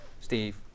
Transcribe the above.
Steve